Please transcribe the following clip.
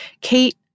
Kate